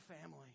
family